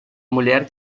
mulher